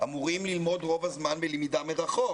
אמורים ללמוד רוב הזמן בלמידה מרחוק.